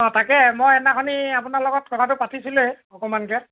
অঁ তাকে মই সেইদিনাখনি আপোনাৰ লগত কথাটো পাতিছিলে অকণমান কে